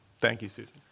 thank you, susan.